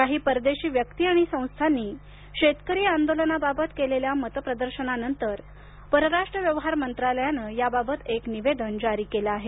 काही परदेशी व्यक्ती आणि संस्थांनी शेतकरी आंदोलनाबाबत केलेल्या मत प्रदर्शना नंतर परराष्ट्र व्यवहार मंत्रालयानं याबाबत के निवेदन जारी केलं आहे